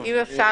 אם אפשר,